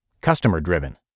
customer-driven